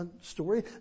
story